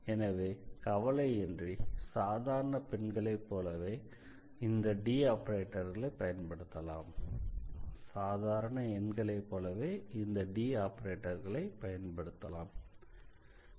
எனவே கவலையின்றி சாதாரண எண்களை போலவே இந்த D ஆபரேட்டர்களை பயன்படுத்தலாம்